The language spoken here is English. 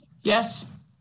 Yes